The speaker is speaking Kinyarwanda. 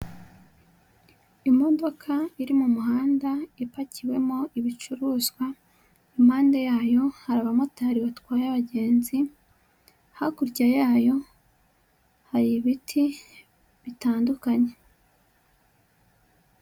Imodoka iri mu muhanda ipakiwemo ibicuruzwa, impande yayo hari abamotari batwaye abagenzi, hakurya yayo hari ibiti bitandukanye.